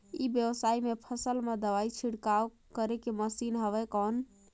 ई व्यवसाय म फसल मा दवाई छिड़काव करे के मशीन हवय कौन?